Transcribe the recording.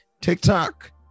TikTok